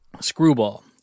screwball